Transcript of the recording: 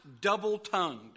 double-tongued